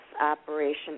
operation